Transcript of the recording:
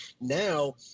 Now